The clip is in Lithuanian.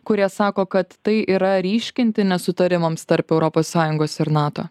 kurie sako kad tai yra ryškinti nesutarimams tarp europos sąjungos ir nato